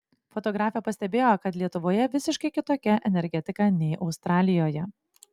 fotografė pastebėjo kad lietuvoje visiškai kitokia energetika nei australijoje